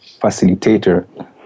facilitator